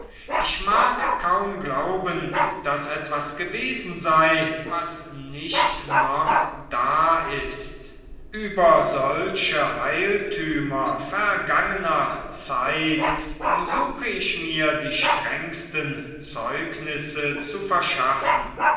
ich mag kaum glauben daß etwas gewesen sei was nicht noch da ist über solche heiltümer vergangener zeit suche ich mir die strengsten zeugnisse zu verschaffen